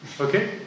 Okay